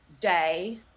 day